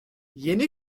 yeni